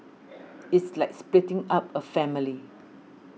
it's like splitting up a family